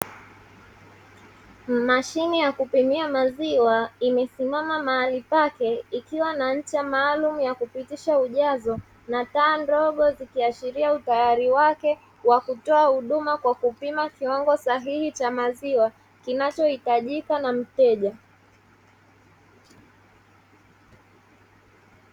Mashine ya kupimia maziwa, imesimama mahali pake ikiwa na ncha maalumu ya kupitisha ujazo na taa ndogo, vikiashiria utayari wake wa kutoa huduma kwa kupima kiwango sahihi cha maziwa kinachohitajika na mteja.